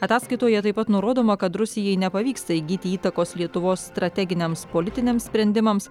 ataskaitoje taip pat nurodoma kad rusijai nepavyksta įgyti įtakos lietuvos strateginiams politiniams sprendimams